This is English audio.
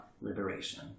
liberation